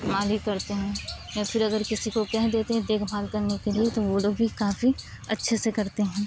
مالی کرتے ہیں یا پھر اگر کسی کو کہہ دیتے ہیں دیکھ بھال کرنے کے لیے تو وہ لوگ بھی کافی اچھے سے کرتے ہیں